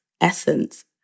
Essence